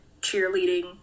cheerleading